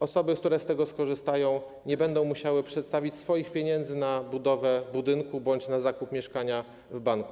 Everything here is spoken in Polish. Osoby, które z tego skorzystają, nie będą musiały mieć swoich pieniędzy na budowę budynku bądź na zakup mieszkania w banku.